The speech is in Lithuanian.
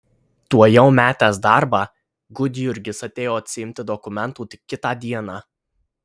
tuojau metęs darbą gudjurgis atėjo atsiimti dokumentų tik kitą dieną